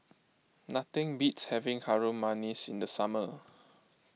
nothing beats having Harum Manis in the summer